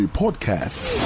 podcast